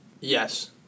Yes